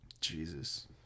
Jesus